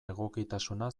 egokitasuna